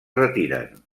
retiren